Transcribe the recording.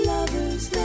Lovers